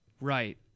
Right